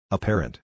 Apparent